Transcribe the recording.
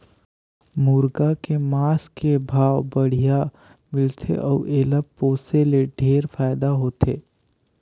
मुरगा के मांस के भाव बड़िहा मिलथे अउ एला पोसे ले ढेरे फायदा होथे